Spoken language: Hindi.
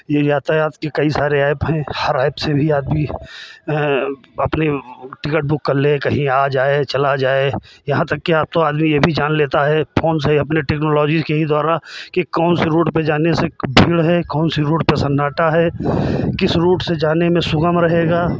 ये यातायात के कई सारे ऐप हैं हर ऐप से भी आदमी अपनी टिकट बुक कर ले कहीं आ जाए चला जाए यहाँ तक कि अब तो आदमी ये भी जान लेता है फोन से ही अपने टेक्नोलॉजी के ही द्वारा कि कौन सी रोड पे जाने से भीड़ है कौन सी रोड पे सन्नाटा है किस रोड से जाने में सुगम रहेगा